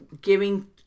giving